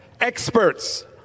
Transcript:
experts